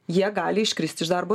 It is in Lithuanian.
jie gali iškrist iš darbo